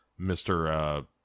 Mr